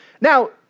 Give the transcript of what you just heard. Now